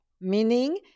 Meaning